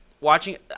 Watching